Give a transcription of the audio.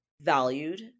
valued